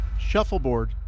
Shuffleboard